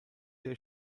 der